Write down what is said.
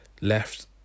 Left